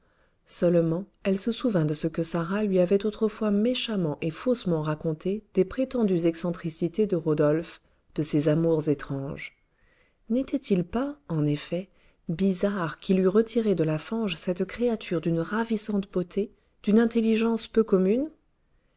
seulement elle se souvint de ce que sarah lui avait autrefois méchamment et faussement raconté des prétendues excentricités de rodolphe de ses amours étranges n'était-il pas en effet bizarre qu'il eût retiré de la fange cette créature d'une ravissante beauté d'une intelligence peu commune